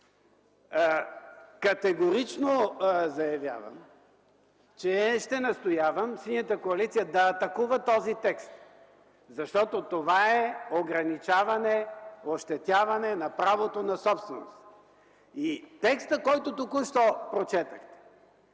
Категорично заявявам, че ще настоявам Синята коалиция да атакува този текст, защото това е ограничаване, ощетяване на правото на собственост. Текстът, който току-що прочетохте,